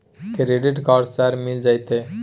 Credit card sir मिल जेतै?